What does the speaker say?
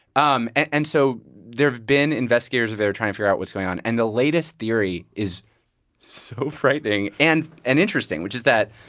um and so there have been investigators there, trying to figure out what's going on. and the latest theory is so frightening and and interesting, which is that,